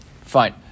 Fine